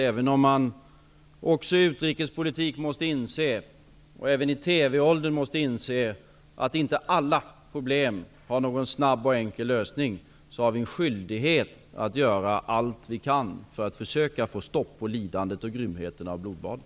Även om man i utrikespolitik, även i TV-åldern måste inse att inte alla problem har en snabb och enkel lösning har vi en skyldighet att göra allt vi kan för att försöka få stopp på lidandet, grymheten och blodbadet.